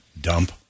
Dump